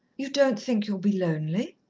you don't think you'll be lonely?